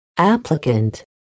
Applicant